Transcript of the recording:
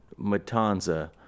Matanza